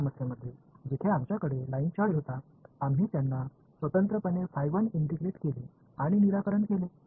मागील समस्येमध्ये जिथे आमच्याकडे लाइन चार्ज होता आम्ही त्यांना स्वतंत्रपणे इंटिग्रेट केले आणि निराकरण केले